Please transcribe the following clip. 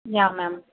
yeah ma'am